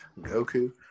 Goku